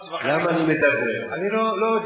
טוב?